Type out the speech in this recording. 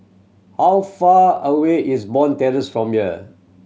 how far away is Bond Terrace from here